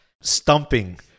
stumping